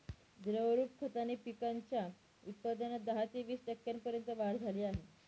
द्रवरूप खताने पिकांच्या उत्पादनात दहा ते वीस टक्क्यांपर्यंत वाढ झाली आहे